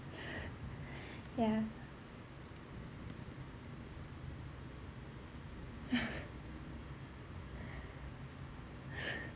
yeah